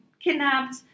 kidnapped